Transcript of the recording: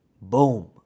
Boom